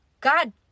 God